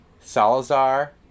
Salazar